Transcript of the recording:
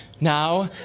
Now